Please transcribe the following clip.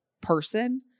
person